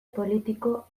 politiko